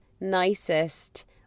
nicest